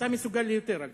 דרך אגב,